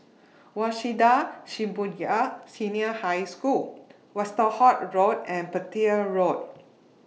Waseda Shibuya Senior High School Westerhout Road and Petir Road